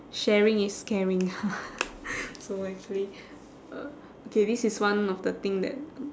sharing is caring so actually uh okay this is one of the thing that